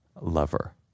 lover